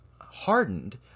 hardened